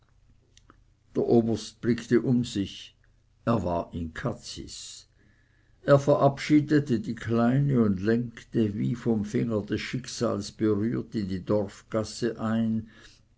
der oberst blickte um sich er war in cazis er verabschiedete die kleine und lenkte wie vom finger des schicksals berührt in die dorfgasse ein